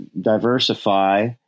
diversify